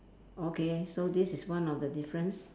okay so this is one of the difference